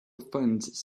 funds